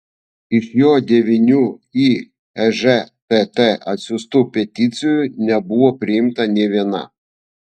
iš jo devynių į ežtt siųstų peticijų nebuvo priimta nė viena